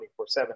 24/7